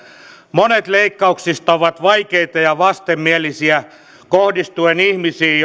monet leikkauksista ovat vaikeita ja vastenmielisiä kohdistuen ihmisiin